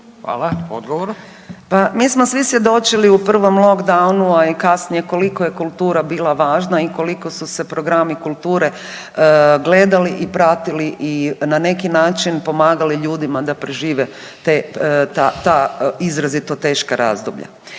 (Možemo!)** Pa mi smo svi svjedočili u prvom lockdownu, a i kasnije koliko je kultura bila važna i koliko su se programi kulture gledali i pratili i na neki način pomagali ljudima da prežive ta izrazito teška razdoblja.